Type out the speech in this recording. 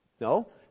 No